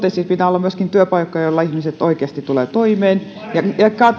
totesi pitää olla myöskin työpaikkoja joilla ihmiset oikeasti tulevat toimeen